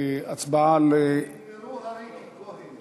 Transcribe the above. נגמרו ה"ריקי כהנים".